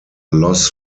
loss